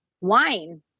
wine